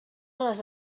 les